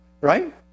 Right